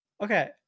Okay